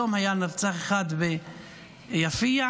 היום נרצח אחד ביפיע,